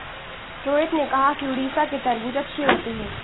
रोहित ने कहा कि उड़ीसा के तरबूज़ अच्छे होते हैं